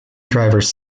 drivers